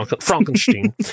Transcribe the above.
Frankenstein